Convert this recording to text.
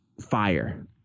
fire